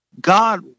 god